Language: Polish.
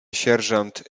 sierżant